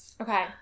Okay